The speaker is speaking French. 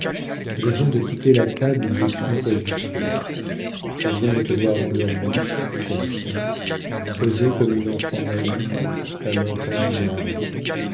je viens de quitter la table où j'écris près du feu je viens de te voir endormie confiante posée comme une enfant naïve la main tendue vers moi